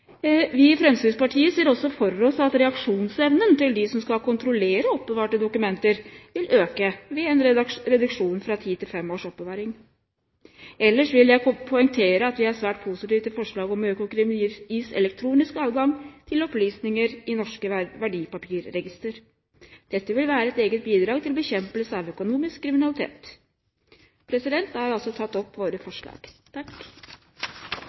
Vi i Fremskrittspartiet ser også for oss at reaksjonsevnen til dem som skal kontrollere oppbevarte dokumenter, vil øke ved en reduksjon fra ti til fem års oppbevaringstid. Ellers vil jeg poengtere at vi er svært positive til forslaget om at Økokrim gis elektronisk adgang til opplysninger i norske verdipapirregistre. Dette vil være et eget bidrag til bekjempelse av økonomisk kriminalitet. Som det